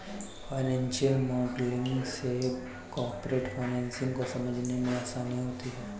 financial modelling से corporate finance को समझने में आसानी होती है